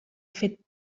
fet